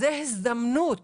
זו הזדמנות